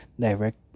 direct